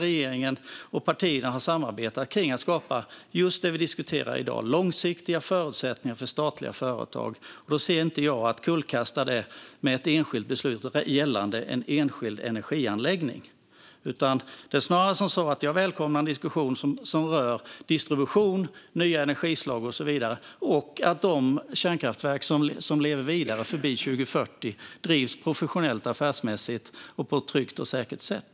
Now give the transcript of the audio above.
Regeringen och partierna har samarbetat kring att skapa just det som vi diskuterar i dag, nämligen långsiktiga förutsättningar för statliga företag. Då anser inte jag att man ska kullkasta det med ett enskilt beslut gällande en enskild energianläggning. Det är snarare så att jag välkomnar en diskussion som rör distribution, nya energislag och så vidare och att de kärnkraftverk som lever vidare efter 2040 drivs professionellt och affärsmässigt på ett tryggt och säkert sätt.